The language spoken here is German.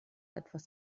etwas